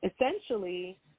essentially